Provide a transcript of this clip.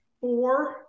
Four